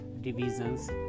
divisions